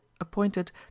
appointed